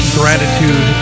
gratitude